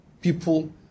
people